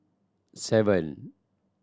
seven